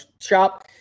shop